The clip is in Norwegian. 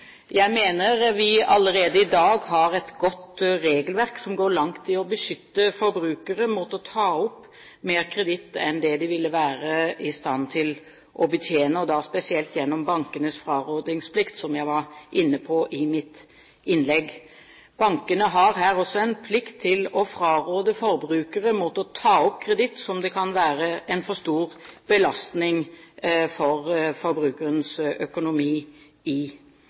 Jeg mener vi allerede i dag har et godt regelverk som går langt i å beskytte forbrukere mot å ta opp mer kreditt enn de vil være i stand til å betjene – da spesielt gjennom bankenes frarådingsplikt, som jeg var inne på i mitt innlegg. Bankene har her også en plikt til å fraråde forbrukere å ta opp kreditt som kan være en for stor belastning for forbrukerens økonomi.